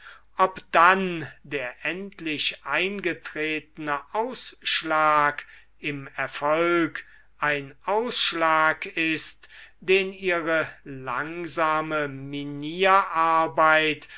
ob dann der endlich eingetretene ausschlag im erfolg ein ausschlag ist den ihre langsame